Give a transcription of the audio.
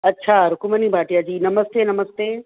अच्छा रुकमनी भाटिया जी नमस्ते नमस्ते